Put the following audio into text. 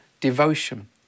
devotion